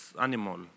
animal